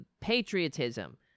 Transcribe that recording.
patriotism